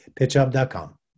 PitchUp.com